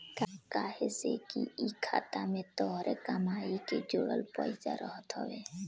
काहे से कि इ खाता में तोहरे कमाई के जोड़ल पईसा रहत हवे